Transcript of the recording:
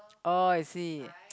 oh I see